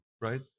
right